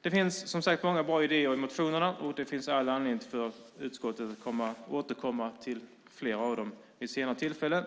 Det finns som sagt många bra idéer i motionerna, och det finns all anledning för utskottet att återkomma till flera av dem vid senare tillfällen.